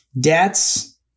debts